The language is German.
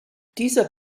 dieser